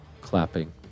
clapping